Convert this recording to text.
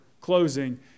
closing